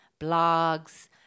blogs